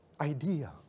idea